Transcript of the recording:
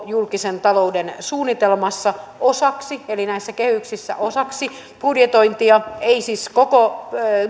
julkisen talouden suunnitelmassa eli näissä kehyksissä osaksi budjetointia ei siis